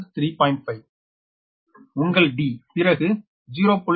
5உங்கள் d பிறகு 0